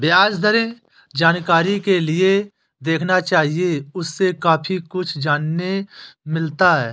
ब्याज दरें जानकारी के लिए देखना चाहिए, उससे काफी कुछ जानने मिलता है